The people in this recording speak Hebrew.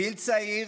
גיל צעיר,